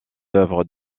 œuvres